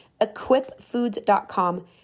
Equipfoods.com